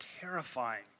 terrifying